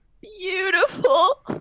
beautiful